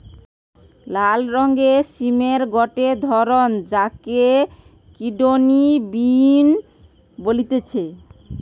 লাল রঙের সিমের গটে ধরণ যাকে কিডনি বিন বলতিছে